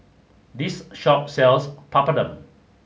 this shop sells Papadum